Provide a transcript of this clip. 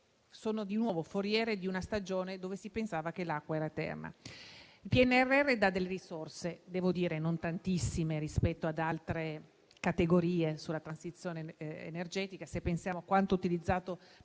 sono di nuovo foriere di una stagione nella quale si pensava che l'acqua fosse eterna. Il PNRR stanzia delle risorse, anche se non tantissime rispetto ad altre categorie, come la transizione energetica - se pensiamo a quanto utilizzato per